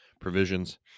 provisions